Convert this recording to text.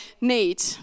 need